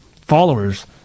followers